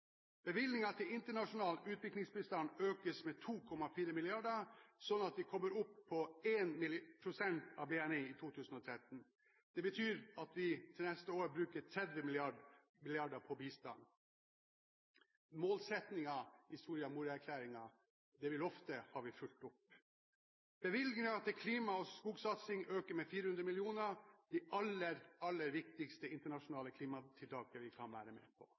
Bevilgningen til internasjonal utviklingsbistand økes med 2,4 mrd. kr, slik at vi kommer opp på 1 pst. av BNI i 2013. Det betyr at vi til neste år bruker 30 mrd. kr på bistand. Målsettingen i Soria Moria-erklæringen, det vi lovte, har vi fulgt opp. Bevilgningen til klima- og skogsatsing økes med 400 mill. kr – det aller, aller viktigste internasjonale klimatiltaket vi kan være med på.